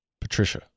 Patricia